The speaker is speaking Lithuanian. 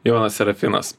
jonas serafinas